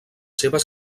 seves